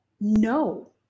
no